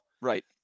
Right